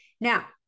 Now